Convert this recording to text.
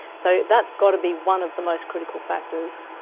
so that's got to be one of the most critical factors.